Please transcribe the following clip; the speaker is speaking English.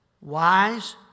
Wise